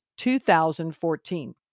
2014